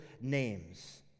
names